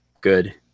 good